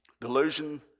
delusion